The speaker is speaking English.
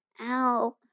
Ow